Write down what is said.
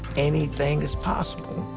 anything is possible.